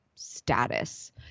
status